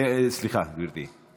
סליחה, גברתי.